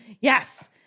Yes